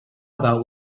about